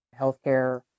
healthcare